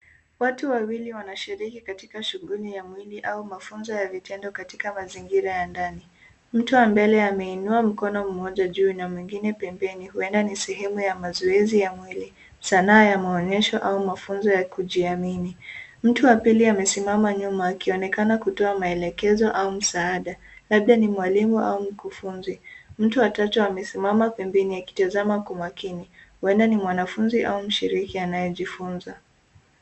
Watu wawili wanashiriki katika shughuli ya mwili au mafunzo ya vitendo katika mazingira ya ndani. Mtu wa mbele ameinua mkono moja juu na mwingine pembeni huenda ni sehemu ya mazoezi ya mwili, sanaa ya maonesho au mafunzo ya kujiamini. Mtu wa pili amesimama nyuma akionekana kutoa maelekezo au msaada, labda ni mwalimu au mkufunzi . Mtu wa tatu amesimama pembeni akitazama kwa makini huenda ni mwanafunzi au mshiriki anayejifunza.